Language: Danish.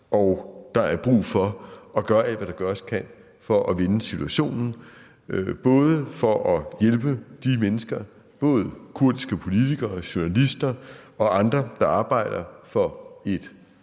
Der er brug for at gøre alt, hvad der gøres kan, for at vende situationen, for at hjælpe de mennesker, både kurdiske politikere, journalister og andre, der arbejder for et